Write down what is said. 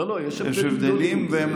אגב, זה לא